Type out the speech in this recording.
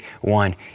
one